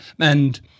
and-